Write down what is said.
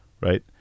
right